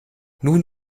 nun